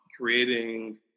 creating